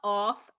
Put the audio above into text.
off